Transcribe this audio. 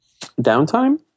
Downtime